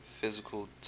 physical